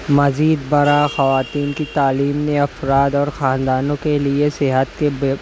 مزید برآں خواتین کی تعلیم نے افراد اور خاندانوں کے لیے صحت کے بے